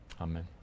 Amen